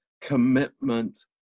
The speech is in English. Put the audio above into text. commitment